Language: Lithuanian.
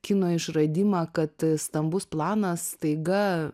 kino išradimą kad stambus planas staiga